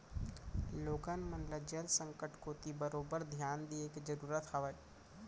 लोगन मन ल जल संकट कोती बरोबर धियान दिये के जरूरत हावय